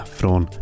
från